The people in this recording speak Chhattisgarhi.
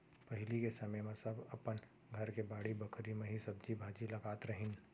पहिली के समे म सब अपन घर के बाड़ी बखरी म ही सब्जी भाजी लगात रहिन